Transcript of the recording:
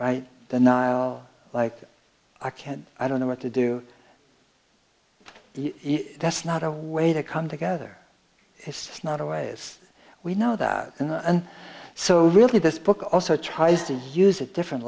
right the nile like i can't i don't know what to do that's not a way to come together it's not a way as we know that and so really this book also tries to use a different